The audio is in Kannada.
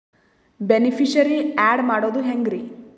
ಬೆನಿಫಿಶರೀ, ಆ್ಯಡ್ ಮಾಡೋದು ಹೆಂಗ್ರಿ?